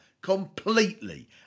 completely